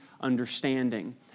understanding